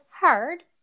hard